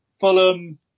Fulham